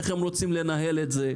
איך הם רוצים לנהל את זה,